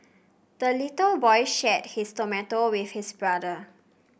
the little boy shared his tomato with his brother